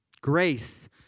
Grace